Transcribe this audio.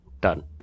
done